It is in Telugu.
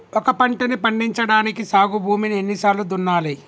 ఒక పంటని పండించడానికి సాగు భూమిని ఎన్ని సార్లు దున్నాలి?